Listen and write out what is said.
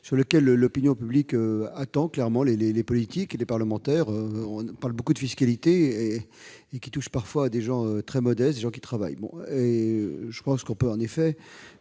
sur lequel l'opinion publique attend, clairement, les politiques, notamment les parlementaires. On parle beaucoup de fiscalité ; celle-ci touche parfois des gens très modestes, des gens qui travaillent. Une partie de